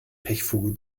pechvogel